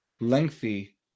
lengthy